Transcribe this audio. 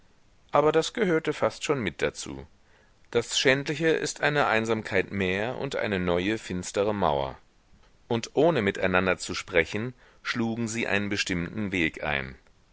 aber das gehörte fast schon mit dazu das schändliche ist eine einsamkeit mehr und eine neue finstere mauer und ohne miteinander zu sprechen schlugen sie einen bestimmten weg ein